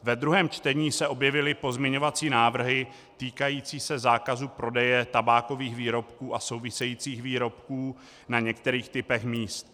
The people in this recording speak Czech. Ve druhém čtení se objevily pozměňovací návrhy týkající se zákazu prodeje tabákových výrobků a souvisejících výrobků na některých typech míst.